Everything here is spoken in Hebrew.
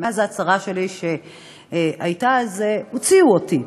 מאז ההצהרה שלי, שהייתה, הוציאו אותי,